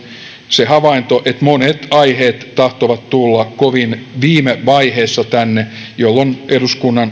se havainto että monet aiheet tahtovat tulla kovin viime vaiheessa tänne jolloin eduskunnan